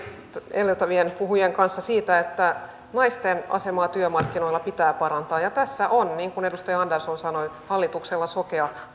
edeltävien puhujien kanssa siitä että naisten asemaa työmarkkinoilla pitää parantaa ja tässä on niin kuin edustaja andersson sanoi hallituksella sokea